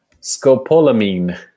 Scopolamine